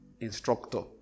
instructor